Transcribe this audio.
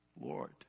Lord